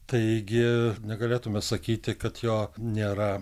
taigi negalėtume sakyti kad jo nėra